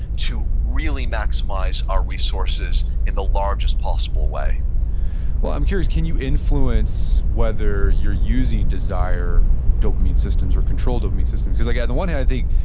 to really maximize our resources in the larges possible way well, i'm curious. can you influence whether you're using desire dopamine systems or control dopamine systems? because like on the one hand, i think,